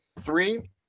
three